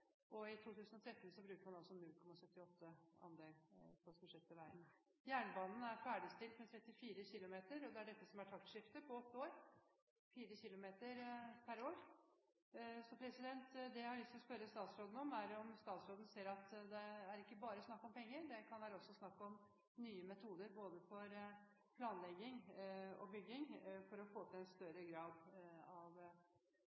og i 2013 bruker man 0,78 pst. Jernbanen er ferdigstilt med 34 km, og det er dette som er taktskiftet på 8 år – 4 km per år. Det jeg har lyst til å spørre statsråden om, er om statsråden ser at det ikke bare er snakk om penger, det kan også være snakk om nye metoder både for planlegging og bygging for å få til en